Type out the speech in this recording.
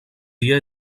dia